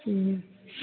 उम